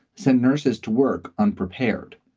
sent nurses to work unprepared,